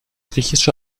griechische